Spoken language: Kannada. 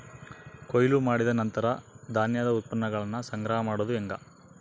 ಕೊಯ್ಲು ಮಾಡಿದ ನಂತರ ಧಾನ್ಯದ ಉತ್ಪನ್ನಗಳನ್ನ ಸಂಗ್ರಹ ಮಾಡೋದು ಹೆಂಗ?